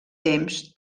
temps